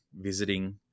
visiting